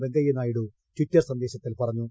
Venkaiah Naidu Twitter സന്ദേശത്തിൽ പറഞ്ഞു